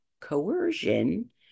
coercion